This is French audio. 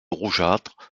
rougeâtres